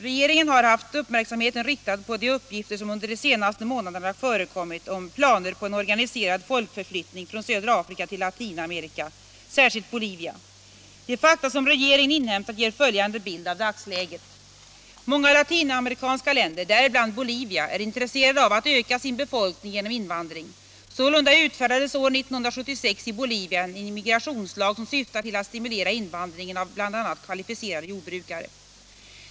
Regeringen har haft uppmärksamheten riktad på de uppgifter som under de senaste månaderna förekommit om planer på en organiserad folkförflyttning från södra Afrika till Latinamerika, särskilt Bolivia. De fakta som regeringen inhämtat ger följande bild av dagsläget. Många latinamerikanska länder, däribland Bolivia, är intresserade av att öka sin befolkning genom invandring. Sålunda utfärdades år 1976 i Bolivia en immigrationslag som syftar till att stimulera invandringen av bl.a. kvalificerade jordbrukare.